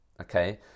okay